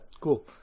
Cool